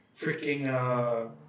freaking